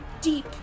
deep